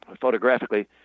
photographically